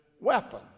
Weapon